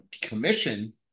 commission